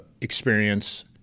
experience